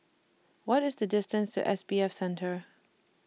What IS The distance to S B F Center